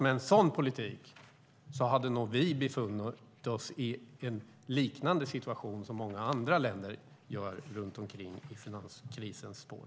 Med en sådan politik hade vi nog befunnit oss i en liknande situation som många andra länder i finanskrisens spår.